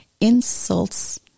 insults